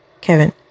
Kevin